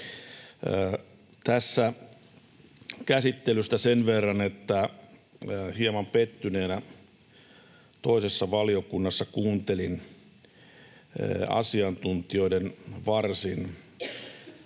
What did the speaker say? Tästä käsittelystä sen verran, että hieman pettyneenä toisessa valiokunnassa kuuntelin asiantuntijoiden varsin